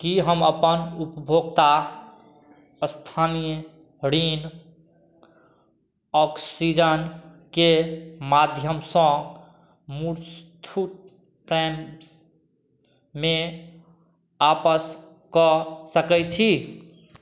की हम अपन उपभोक्ता स्थानीय ऋण ऑक्सीजन के माध्यमसँ मुर्स्थू प्राइममे आपस कऽ सकैत छी